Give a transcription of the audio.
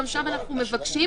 גם שם אנחנו מבקשים.